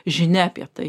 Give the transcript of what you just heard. žinia apie tai